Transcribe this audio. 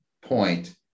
point